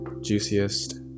juiciest